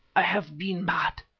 i have been mad.